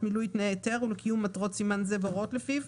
מילוי תנאי ההיתר ולקיום מטרות סימן זה וההוראות לפיו,